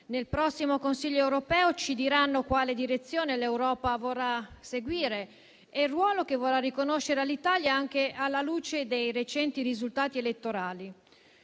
nel prossimo Consiglio europeo ci diranno quale direzione l'Europa vorrà seguire e il ruolo che vorrà riconoscere all'Italia, anche alla luce dei recenti risultati elettorali.